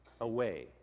away